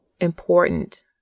important